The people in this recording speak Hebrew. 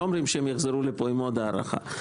לא אומרים שיחזרו לפה עם עוד הארכה.